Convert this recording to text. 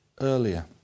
earlier